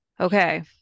Okay